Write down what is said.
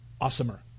awesomer